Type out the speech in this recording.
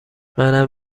منم